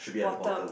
bottom